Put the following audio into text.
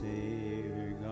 Savior